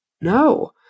No